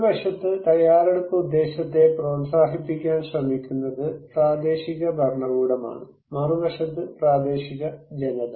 ഒരുവശത്ത് തയ്യാറെടുപ്പ് ഉദ്ദേശ്യത്തെ പ്രോത്സാഹിപ്പിക്കാൻ ശ്രമിക്കുന്നത് പ്രാദേശിക ഭരണകൂടമാണ് മറുവശത്ത് പ്രാദേശിക ജനത